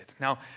Now